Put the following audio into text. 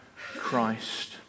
Christ